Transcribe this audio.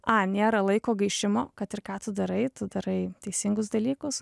a nėra laiko gaišimo kad ir ką tu darai tu darai teisingus dalykus